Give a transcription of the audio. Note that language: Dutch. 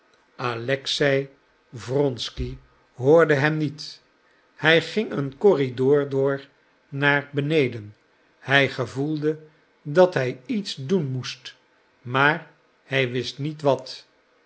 alexei wronsky hoorde hem niet hij ging een corridor door naar beneden hij gevoelde dat hij iets doen moest maar hij wist niet wat